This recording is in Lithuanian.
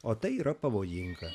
o tai yra pavojinga